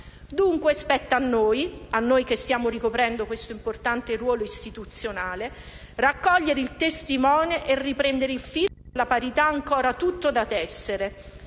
Dunque spetta a noi, che stiamo ricoprendo questo importante ruolo istituzionale, raccogliere il testimone e riprendere il filo della parità ancora tutto da tessere.